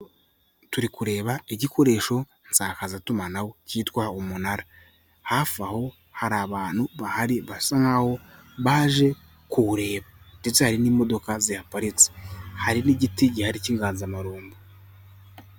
Turi kureba igikoresho nsakazatumanaho kitwa umunara, hafi aho hari abantu bahari basa nkaho baje kuwureba ndetse hari n'imodoka ziparitse, hari n'igiti gihari cy'inganzamarumbo.